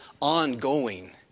ongoing